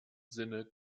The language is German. sinne